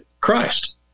Christ